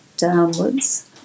downwards